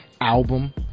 album